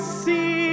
see